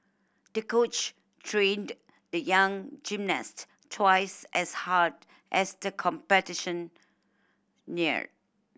the coach trained the young gymnast twice as hard as the competition neared